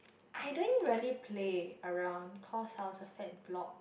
I don't really play around cause I also fat block